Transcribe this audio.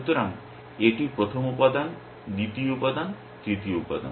সুতরাং এটি প্রথম উপাদান দ্বিতীয় উপাদান তৃতীয় উপাদান